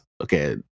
okay